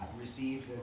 Receive